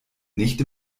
nicht